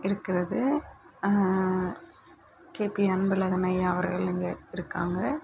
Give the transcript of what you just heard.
இருக்கிறது K P Anbazhagan ஐயா அவர்கள் இங்கே இருக்காங்க